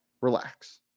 relax